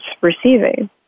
receiving